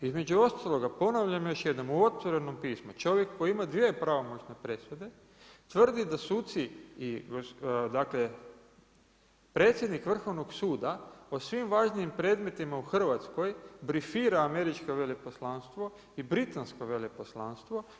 Između ostaloga, ponavljam još jednom, u otvorenom pismu, čovjek koji ima 2 pravomoćne presude tvrdi da suci, dakle predsjednik Vrhovnog suda o svim važnijim predmetima u Hrvatskoj, brifira američko veleposlanstvo i britansko veleposlanstvo.